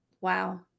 wow